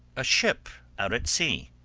a ship out at sea.